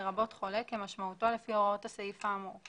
לרבות חולה כמשמעותו לפי הוראות הסעיף האמור;